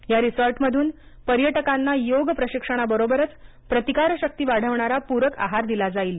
या रिसॉर्टमधून पर्यटकांना योग प्रशिक्षणाबरोबरच प्रतिकार शक्ती वाढवणारा प्रक आहार दिला जाईल